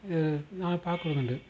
இது நான் பார்க்குறதுண்டு